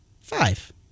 Five